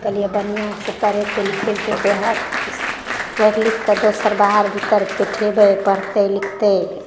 कहलिए बढ़िआँसँ पढ़ेतै लिखेतै तऽ वएह इस पढ़ि लिखिके दोसर बाहर भीतर पठेबै पढ़तै लिखतै